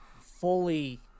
fully